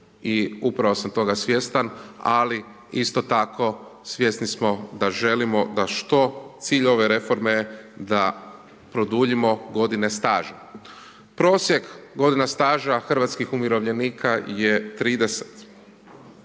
upravo sam toga svjestan ali isto tako svjesni smo da želimo da što cilj ove reforme d produljimo godine staža. Prosjek godina staža hrvatskih umirovljenika je 30.